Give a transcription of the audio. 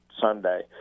Sunday